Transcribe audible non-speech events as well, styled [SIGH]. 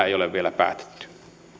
[UNINTELLIGIBLE] ei ole vielä päätetty jatketaan vielä